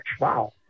Wow